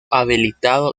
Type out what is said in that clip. habilitado